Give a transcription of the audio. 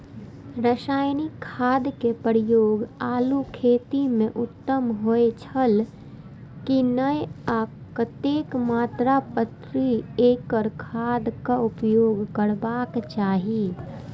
रासायनिक खाद के प्रयोग आलू खेती में उत्तम होय छल की नेय आ कतेक मात्रा प्रति एकड़ खादक उपयोग करबाक चाहि?